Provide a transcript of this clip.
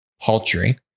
paltry